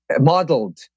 modeled